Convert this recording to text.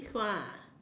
this one ah